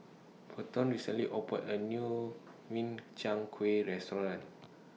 Peyton recently opened A New Min Chiang Kueh Restaurant